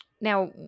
now